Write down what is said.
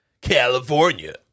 California